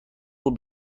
will